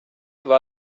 war